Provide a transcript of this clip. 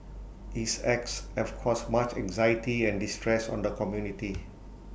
his acts have caused much anxiety and distress on the community